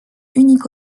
unique